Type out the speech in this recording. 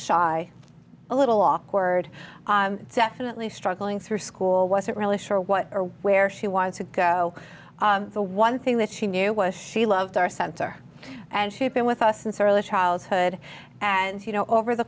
shy a little awkward at least struggling through school wasn't really sure what or where she wanted to go the one thing that she knew was she loved our center and she'd been with us since early childhood and you know over the